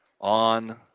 on